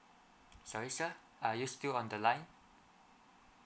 sorry sir are you still on the line